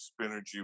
Spinergy